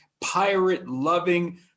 pirate-loving